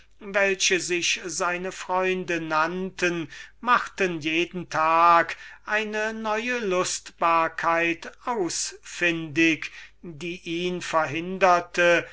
die er seine freunde nannte machten jeden tag eine neue lustbarkeit ausfündig die ihn verhinderte